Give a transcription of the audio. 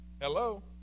Hello